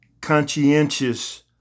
conscientious